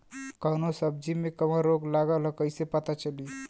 कौनो सब्ज़ी में कवन रोग लागल ह कईसे पता चली?